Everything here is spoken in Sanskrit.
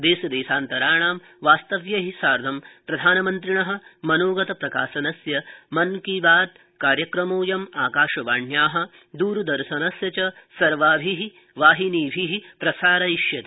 देशदेशान्तराणां वास्तव्यै सार्धं प्रधानमन्त्रिण मनोगत प्रकाशनस्य मन की बात कार्यक्रमोऽयं आकाशवाण्या दूरदर्शनस्य च सर्वाभि वाहिनीभि प्रसारयिष्यते